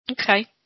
okay